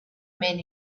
men